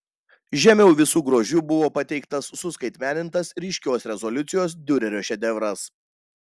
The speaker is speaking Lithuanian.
žemiau visu grožiu buvo pateiktas suskaitmenintas ryškios rezoliucijos diurerio šedevras